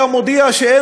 תרצה".